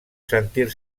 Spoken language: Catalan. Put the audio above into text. sentir